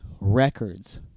records